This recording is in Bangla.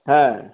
হ্যাঁ